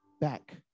back